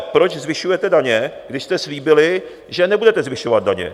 Proč zvyšujete daně, když jste slíbili, že nebudete zvyšovat daně?